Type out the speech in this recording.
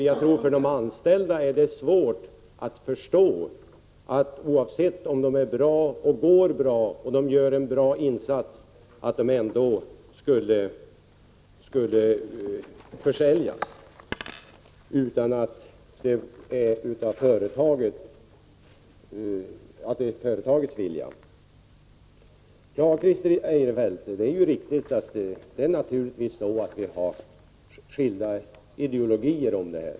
Jag tror att de anställda har svårt att förstå att de statliga företagen — oavsett om dessa går bra och gör en god insats eller inte — mot företagets vilja ändå måste försäljas. Naturligtvis har vi skilda ideologier, Christer Eirefelt!